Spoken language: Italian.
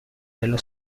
dello